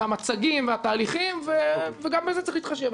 המצגים והתהליכים וגם בזה צריך להתחשב.